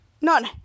None